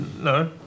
No